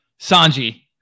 Sanji